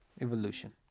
evolution